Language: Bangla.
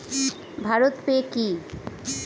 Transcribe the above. ভারত পে কি?